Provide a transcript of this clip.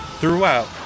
Throughout